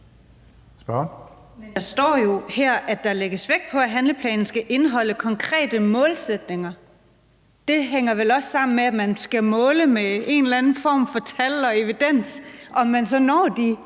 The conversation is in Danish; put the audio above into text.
Der står jo her, at der lægges vægt på, at handleplanen skal indeholde konkrete målsætninger. Det hænger vel også sammen med, at man skal måle med en eller anden form for tal og have noget evidens med.